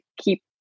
keep